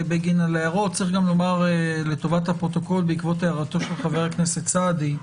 צריך גם לומר לפרוטוקול בעקבות הערת חבר הכנסת סעדי,